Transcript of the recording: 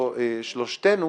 שלושתנו?